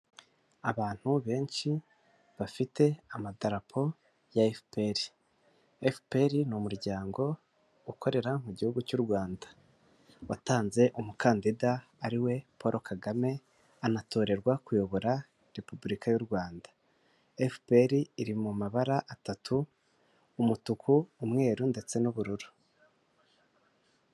Abantu benshi bafite amadapo ya FPR, FPR ni umuryango ukorera mu gihugu cy'u Rwanda, watanze umukandida ari we Paul Kagame anatorerwa kuyobora repubulika y'u Rwanda, FPR iri mu mabara atatu umutuku, umweru ndetse n'ubururu.